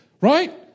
Right